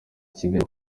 kigali